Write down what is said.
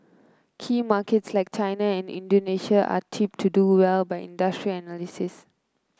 key markets like China and Indonesia are tipped to do well by industry analysts